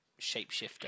shapeshifter